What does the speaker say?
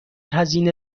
هزینه